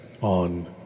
on